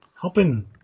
helping